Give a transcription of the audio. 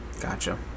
Gotcha